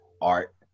art